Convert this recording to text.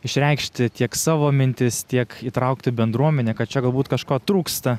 išreikšti tiek savo mintis tiek įtraukti bendruomenę kad čia galbūt kažko trūksta